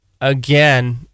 again